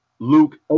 Luke